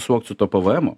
suvokt su tuo pvmu